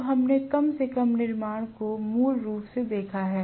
अब हमने कम से कम निर्माण को मूल रूप से देखा है